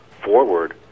forward